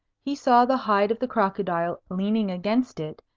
he saw the hide of the crocodile leaning against it,